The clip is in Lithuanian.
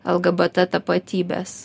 lgbt tapatybės